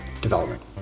development